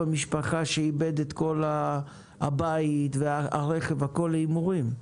הבית איבד את כל הבית והרכב להימורים.